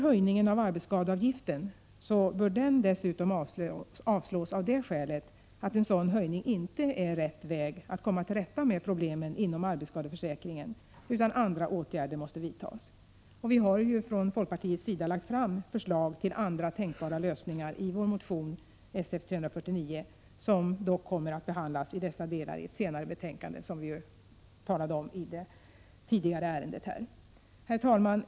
Höjningen av arbetsskadeavgiften bör dessutom avslås av det skälet att en sådan höjning inte är rätt väg att komma till rätta med problemen inom arbetsskadeförsäkringen, utan andra åtgärder måste vidtas. Vi har från folkpartiet lagt fram förslag till andra tänkbara lösningar i vår motion Sf349, som dock kommer att behandlas i dessa delar i ett senare betänkande. Herr talman!